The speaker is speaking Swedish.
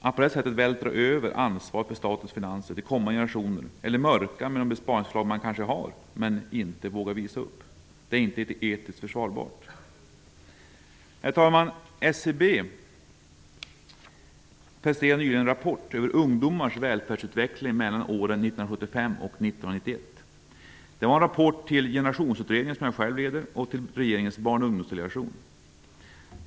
Att på detta sätt vältra över ansvaret för statens finanser till kommande generationer eller mörka med de besparingsförslag man har men inte vågar visa upp är inte etiskt försvarbart. Herr talman! SCB presenterade nyligen en rapport över välfärdsutvecklingen för ungdomar mellan åren 1975 och 1991. Det var en rapport till Generationsutredningen, som jag själv leder, och till regeringens Barn och Ungdomsdelegation.